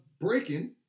breaking